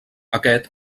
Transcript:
aquest